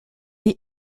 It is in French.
est